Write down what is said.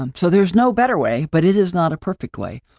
um so, there's no better way but it is not a perfect way.